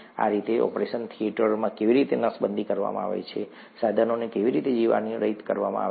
આ રીતે ઓપરેશન થિયેટરને કેવી રીતે નસબંધી કરવામાં આવે છે સાધનોને કેવી રીતે જીવાણુરહિત કરવામાં આવે છે